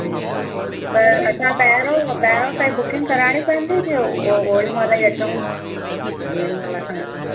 हम्म हम्म त असां पहिरों पहिरों सां ई बुकिंग कराइणी पवंदी कि उहो उहो होॾी महिल अचूं जेॾी महिल असां